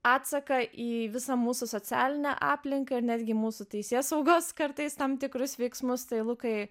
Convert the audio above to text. atsaką į visą mūsų socialinę aplinką ir netgi mūsų teisėsaugos kartais tam tikrus veiksmus tai lukai